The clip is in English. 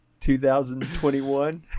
2021